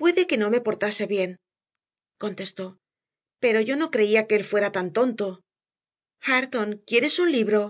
puede que no me portase bien contestó pero yo no creía que él fuera tan tonto hareton quieres un libro